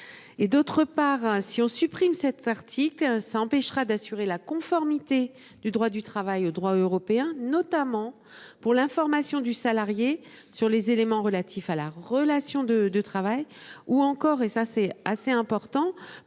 Et d'autre part, si on supprime cette Sertic hein ça empêchera d'assurer la conformité du droit du travail au droit européen notamment pour l'information du salarié sur les éléments relatifs à la relation de de travail ou encore et ça c'est assez important